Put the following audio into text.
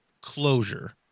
closure